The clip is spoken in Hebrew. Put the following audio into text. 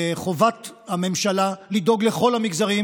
חובת הממשלה לדאוג לכל המגזרים,